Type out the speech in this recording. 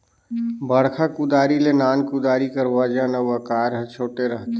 बड़खा कुदारी ले नान कुदारी कर ओजन अउ अकार हर छोटे रहथे